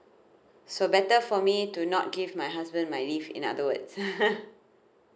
so better for me to not give my husband my leave in other words